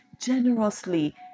generously